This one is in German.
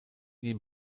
den